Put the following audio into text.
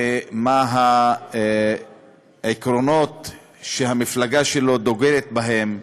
ומה העקרונות שהמפלגה שלו דוגלת בהם.